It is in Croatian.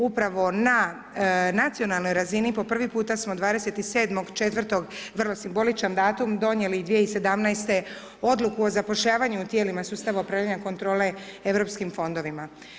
Upravo na Nacionalnoj razini po prvi puta smo 27.4., vrlo simboličan datum, donijeli i 2017.-te odluku o zapošljavanju u tijelima Sustava upravljanja kontrole Europskim fondovima.